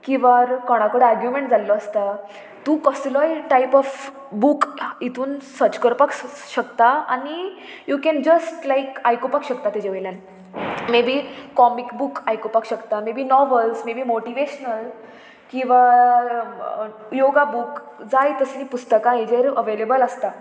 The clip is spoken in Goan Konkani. किंवां कोणा कडेन आर्ग्युमेंट जाल्लो आसता तूं कसलोय टायप ऑफ बूक हितून सर्च करपाक शकता आनी यू कॅन जस्ट लायक आयकुपाक शकता तेजे वयल्यान मे बी कॉमीक बूक आयकुपाक शकता maybe novels maybe motivational किंवां योगा बूक जाय तसलीं पुस्तकां हेजेर अवेलेबल आसता